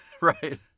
right